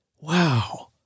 wow